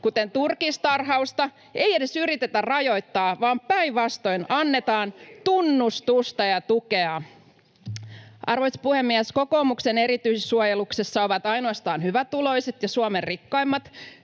kuten turkistarhausta, ei edes yritetä rajoittaa, vaan päinvastoin annetaan tunnustusta ja tukea. Arvoisa puhemies! Kokoomuksen erityissuojeluksessa ovat ainoastaan hyvätuloiset ja Suomen rikkaimmat.